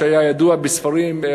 שהיה ידוע בספרים,